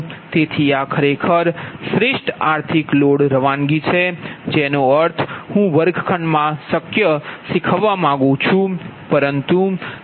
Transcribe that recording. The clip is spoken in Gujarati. તેથી આ ખરેખર શ્રેષ્ઠ આર્થિક લોડ રવાનગી છે જેનો અર્થ હું વર્ગખંડમાં શક્ય શીખવા માંગું છું તે જ અમારી પાસે વાત છે